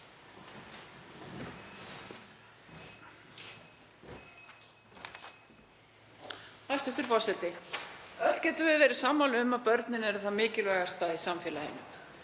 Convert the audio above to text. Hæstv. forseti. Öll getum við verið sammála um að börnin eru það mikilvægasta í samfélaginu.